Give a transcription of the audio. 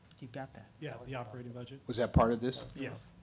you got that. yeah, but the operating budget. was that part of this? yes.